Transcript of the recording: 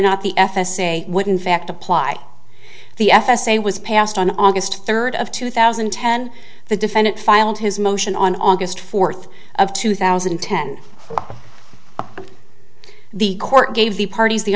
not the f s a wouldn't fact apply the f s a was passed on august third of two thousand and ten the defendant filed his motion on august fourth of two thousand and ten the court gave the parties the